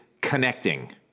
connecting